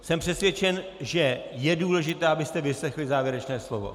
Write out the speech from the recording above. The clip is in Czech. Jsem přesvědčen, že je důležité, abyste vyslechli závěrečné slovo.